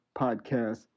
podcast